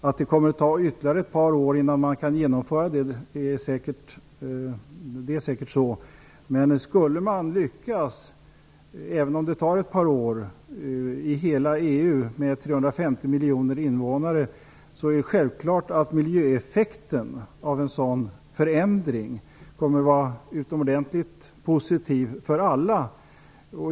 Det kommer säkert att ta ytterligare ett par år innan man kan genomföra det. Men om man lyckas med detta i hela EU med sina 350 miljoner invånare är naturligtvis miljöeffekten av en sådan förändring utomordentligt positiv för alla.